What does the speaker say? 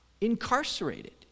incarcerated